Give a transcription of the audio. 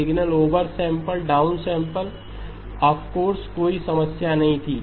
signal over sample down sample of course कोई समस्या नहीं थी